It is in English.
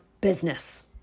business